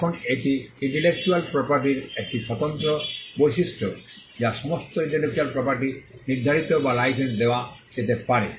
এখন এটি ইন্টেলেকচ্যুয়াল প্রপার্টির একটি স্বতন্ত্র বৈশিষ্ট্য যা সমস্ত ইন্টেলেকচ্যুয়াল প্রপার্টি নির্ধারিত বা লাইসেন্স দেওয়া যেতে পারে